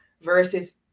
versus